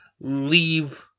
leave